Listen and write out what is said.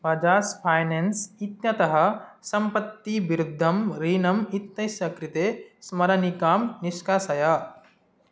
Bajaj finance इत्यतः सम्पत्तिविरुद्धं रीनम् इत्यस्य कृते स्मरणिकां निष्कासय